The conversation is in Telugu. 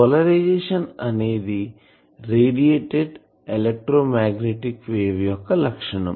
పోలరైజేషన్ అనేది రేడియేటెడ్ ఎలక్ట్రోమాగ్నెటిక్ వేవ్ యొక్క లక్షణం